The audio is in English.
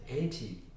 anti